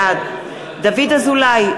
בעד דוד אזולאי,